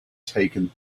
taken